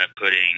putting